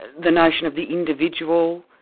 the notion of the individual.